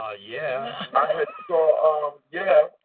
ah yeah i had saw um yeah,